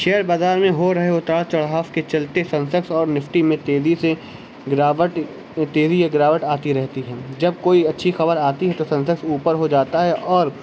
share بازار میں ہو رہے اتار چڑھاؤ کے چلتے سنسیکس اور نفٹی میں تیزی سے گراوٹ تیزی یا گراوٹ آتی رہتی ہے جب کوئی اچھی خبر آتی ہے تو سنسیکس اوپر ہو جاتا ہے اور